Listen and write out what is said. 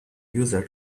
user